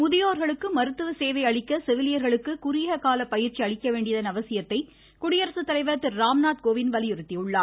முதியோர்களுக்கு மருத்துவ சேவை அளிக்க செவிலியர்களுக்கு குறுகியகால பயிற்சி அளிக்க வேண்டியதன் அவசியத்தை குடியரசு தலைவர் திரு ராம்நாத் கோவிந்த் வலியுறுத்தியுள்ளார்